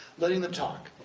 letting them talk.